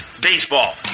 Baseball